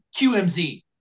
QMZ